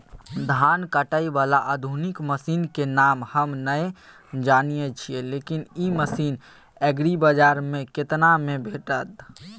धान काटय बाला आधुनिक मसीन के नाम हम नय जानय छी, लेकिन इ मसीन एग्रीबाजार में केतना में भेटत?